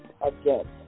again